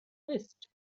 twist